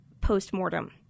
post-mortem